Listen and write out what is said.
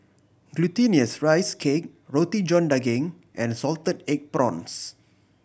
Glutinous Rice Cake Roti John Daging and salted egg prawns